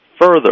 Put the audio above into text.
further